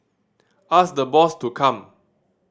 ask the boss to come